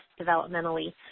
developmentally